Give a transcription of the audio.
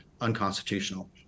unconstitutional